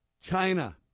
China